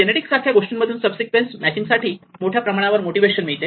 genetics सारख्या गोष्टींमधून sub sequence matching साठी मोठ्या प्रमाणावर मोटिवेशन मिळते